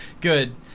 Good